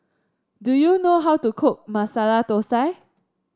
do you know how to cook Masala Thosai